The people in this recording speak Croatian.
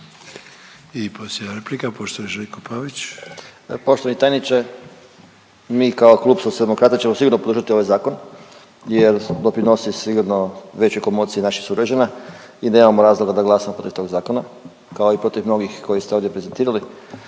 **Pavić, Željko (Socijaldemokrati)** Poštovani tajniče mi kao Klub Socijaldemokrata ćemo sigurno podržati ovaj zakon jer doprinosi sigurno većoj komociji naših sugrađana i nemamo razloga da glasamo protiv tog zakona kao i protiv mnogih koje ste ovdje prezentirali.